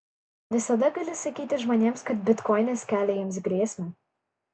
visada gali sakyti žmonėms kad bitkoinas kelia jiems grėsmę